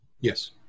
Yes